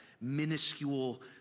minuscule